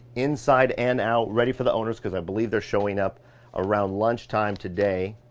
inside and out, ready for the owners, cause i believe they're showing up around lunchtime today.